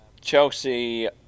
Chelsea